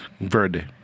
Verde